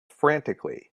frantically